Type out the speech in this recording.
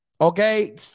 Okay